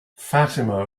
fatima